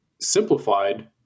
simplified